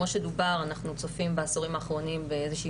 אנחנו צופים בעשורים האחרונים באיזושהי